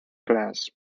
class